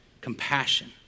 compassion